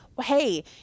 hey